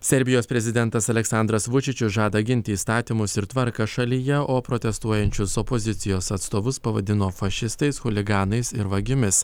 serbijos prezidentas aleksandras vučičius žada ginti įstatymus ir tvarką šalyje o protestuojančius opozicijos atstovus pavadino fašistais chuliganais ir vagimis